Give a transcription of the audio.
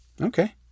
Okay